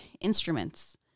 instruments